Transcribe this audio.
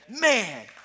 Man